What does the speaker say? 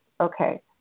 Okay